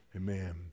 Amen